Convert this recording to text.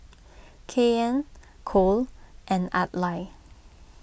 Kanye Cole and Adlai